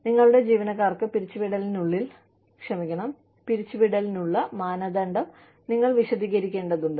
നിങ്ങളുടെ ജീവനക്കാർക്ക് പിരിച്ചുവിടലിനുള്ള മാനദണ്ഡം നിങ്ങൾ വിശദീകരിക്കേണ്ടതുണ്ട്